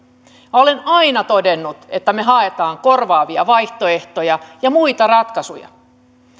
olen aina todennut että me haemme korvaavia vaihtoehtoja ja muita ratkaisuja